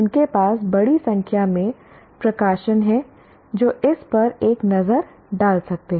उनके पास बड़ी संख्या में प्रकाशन हैं जो इस पर एक नज़र डाल सकते हैं